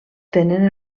tenen